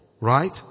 right